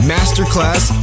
Masterclass